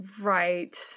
right